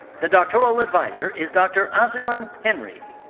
the doctoral adviser is dr. asegun henry.